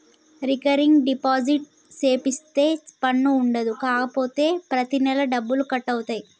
recurring deposit సేపిత్తే పన్ను ఉండదు కాపోతే ప్రతి నెలా డబ్బులు కట్ అవుతాయి